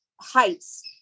heights